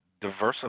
diversify